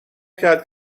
کرد